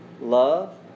love